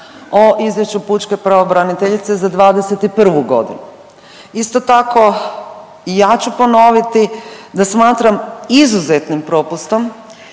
o izvješću pučke pravobraniteljice za '21.g.. Isto tako i ja ću ponoviti da smatram izuzetnim propustom